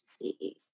see